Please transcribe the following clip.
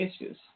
issues